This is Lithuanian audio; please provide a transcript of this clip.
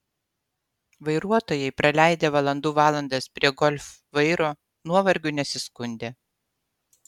vairuotojai praleidę valandų valandas prie golf vairo nuovargiu nesiskundė